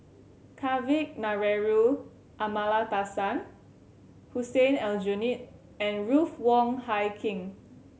Kavignareru Amallathasan Hussein Aljunied and Ruth Wong Hie King